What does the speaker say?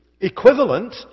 equivalent